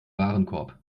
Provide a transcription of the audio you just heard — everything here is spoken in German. warenkorb